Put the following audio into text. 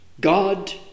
God